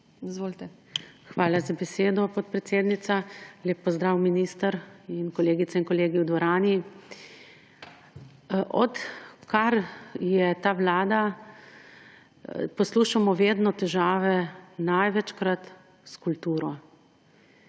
Hvala za besedo, podpredsednica. Lep pozdrav minister in kolegice in kolegi v dvorani! Odkar je ta vlada, poslušamo vedno težave največkrat s kulturo.